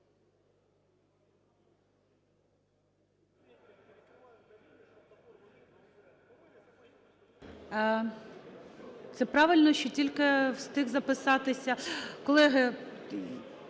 Це правильно, що тільки встиг записатися... Колеги…